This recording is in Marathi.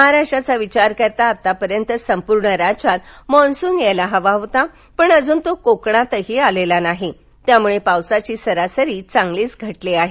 महाराष्ट्राचा विचार करता आतापर्यंत संपूर्ण राज्यात मान्सून यायला हवा होता पण अजून तो कोकणातही आलेला नाही त्यामुळे पावसाची सरासरी चांगलीच घटली आहे